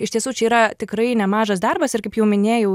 iš tiesų čia yra tikrai nemažas darbas ir kaip jau minėjau